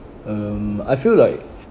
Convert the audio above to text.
um I feel like